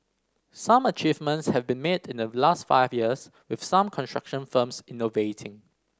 some achievements have been made in the last five years with some construction firms innovating